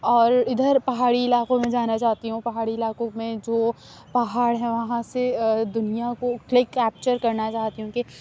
اور اِدھر پہاڑی علاقوں میں جانا چاہتی ہوں پہاڑی علاقوں میں جو پہاڑ ہے وہاں سے دُنیا کو کلک کیپچر کرنا چاہتی ہوں کہ